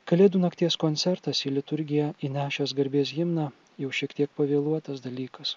kalėdų nakties koncertas į liturgiją įnešęs garbės himną jau šiek tiek pavėluotas dalykas